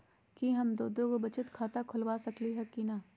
कि हम दो दो गो बचत खाता खोलबा सकली ह की न?